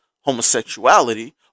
homosexuality